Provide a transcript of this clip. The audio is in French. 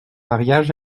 mariage